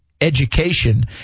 education